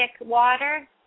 water